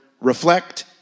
reflect